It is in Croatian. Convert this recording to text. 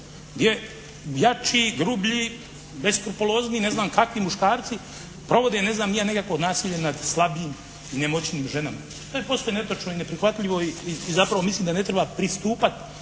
je jači, grublji, beskrupulozniji, ne znam kakvi muškarci provode ne znam ni ja nekakvo nasilje nad slabijim, nemoćnijim ženama. To je posve netočno i neprihvatljivo i zapravo mislim da ne treba pristupati